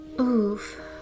Oof